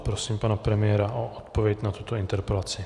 Prosím pana premiéra o odpověď na tuto interpelaci.